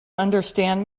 understand